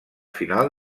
final